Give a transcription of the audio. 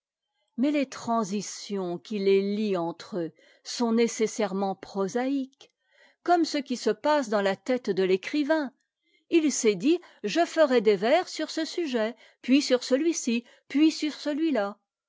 mais les transitions qui les lient entre eux sont nécessairement prosatques comme ce qui se passe dans la tête de l'écrivain h s'est dit je ferai des vers sur ce sujet puis sur celui-ci puis sur celui-là